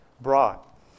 brought